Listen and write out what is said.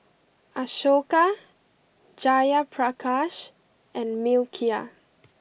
Ashoka Jayaprakash and Milkha